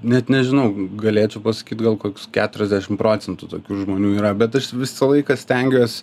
net nežinau galėčiau pasakyt gal koks keturiasdešim procentų tokių žmonių yra bet aš visą laiką stengiuos